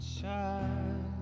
child